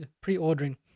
pre-ordering